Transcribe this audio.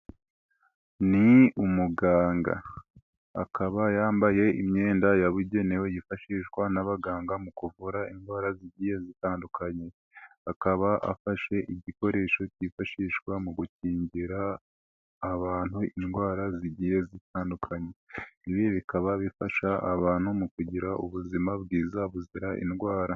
Ni umuganga akaba yambaye imyenda yabugenewe yifashishwa n'abaganga mu kuvura indwara zigiye zitandukanye, akaba afashe igikoresho cyifashishwa mu gukingira abantu indwara zigiye zitandukanye, ibi bikaba bifasha abantu mu kugira ubuzima bwiza buzira indwara.